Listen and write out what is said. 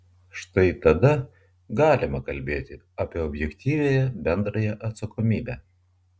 štai tada galima kalbėti apie objektyvią bendrąją atsakomybę